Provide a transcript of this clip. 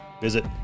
Visit